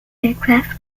aircraft